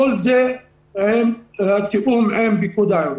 כל זה מתוך התיאום עם פיקוד העורף.